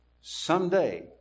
someday